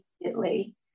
immediately